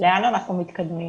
לאן אנחנו מתקדמים?